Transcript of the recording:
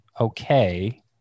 okay